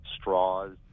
straws